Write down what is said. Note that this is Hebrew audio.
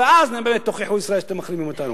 ואז תוכיחו לישראל שאתם מחרימים אותנו.